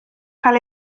cael